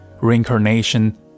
reincarnation